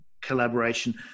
collaboration